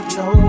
no